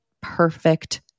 perfect